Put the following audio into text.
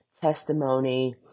testimony